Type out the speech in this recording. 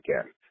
again